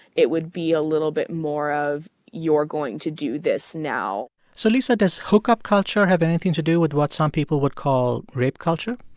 it would be a little bit more of you're going to do this now so, lisa, does hookup culture have anything to do with what some people would call rape culture?